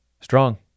strong